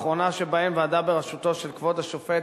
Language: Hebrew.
האחרונה שבהן ועדה בראשות כבוד השופט,